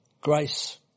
Grace